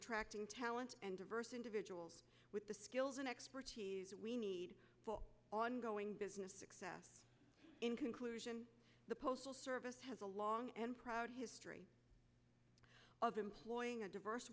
attracting talent and diverse individuals with the skills and expertise we need for ongoing business success in conclusion the postal service has a long and proud history of employing a diverse